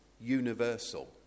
universal